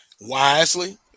wisely